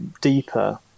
deeper